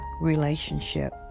relationship